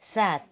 सात